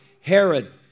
Herod